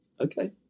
Okay